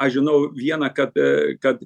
aš žinau vieną kad a kad